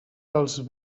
dels